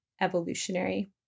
evolutionary